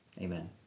Amen